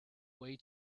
way